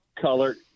Color